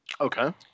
okay